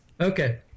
Okay